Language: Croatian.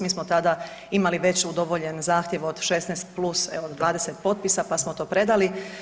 Mi smo tada imali već udovoljen zahtjev od 16+ evo do 20 potpisa pa smo to predali.